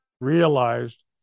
realized